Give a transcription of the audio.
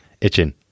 itching